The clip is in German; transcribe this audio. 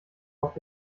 auf